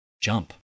Jump